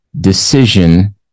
decision